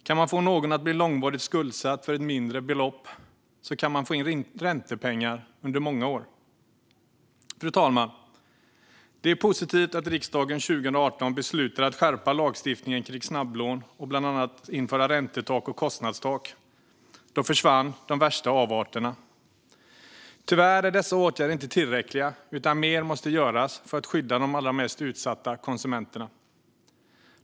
Kan man få någon att bli långvarigt skuldsatt för ett mindre belopp kan man få in räntepengar under många år. Fru talman! Det är positivt att riksdagen 2018 beslutade att skärpa lagstiftningen kring snabblån och bland annat införa räntetak och kostnadstak. Då försvann de värsta avarterna. Tyvärr är dessa åtgärder inte tillräckliga, utan mer måste göras för att skydda de allra mest utsatta konsumenterna.